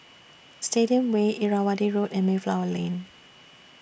Stadium Way Irrawaddy Road and Mayflower Lane